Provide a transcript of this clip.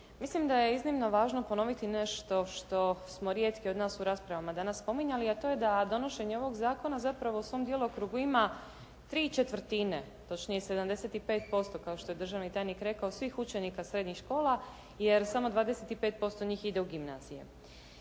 Mislim da je iznimno važno ponoviti nešto što smo rijetki od nas u raspravama danas spominjali a to je da donošenje ovog zakona zapravo u svom djelokrugu ima tri četvrtine, točnije 75% kao što je državni tajnik rekao svih učenika srednjih škola jer samo 25% njih ide u gimnazije.